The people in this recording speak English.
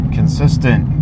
consistent